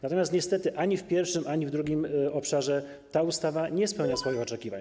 Natomiast niestety ani w pierwszym, ani w drugim obszarze ten projekt ustawy nie spełnia swoich oczekiwań.